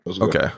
Okay